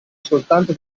soltanto